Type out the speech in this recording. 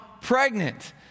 pregnant